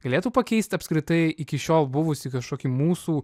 galėtų pakeist apskritai iki šiol buvusį kažkokį mūsų